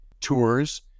tours